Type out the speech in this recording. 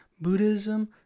Buddhism